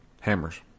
hammers